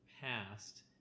past